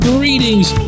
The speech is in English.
Greetings